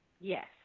Yes